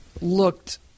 looked